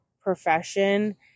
profession